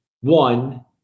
one